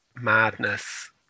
Madness